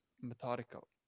methodical